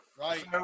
Right